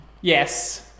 Yes